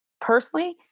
personally